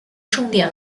重点